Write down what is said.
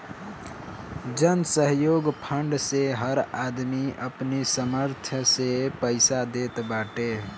जनसहयोग फंड मे हर आदमी अपनी सामर्थ्य से पईसा देत बाटे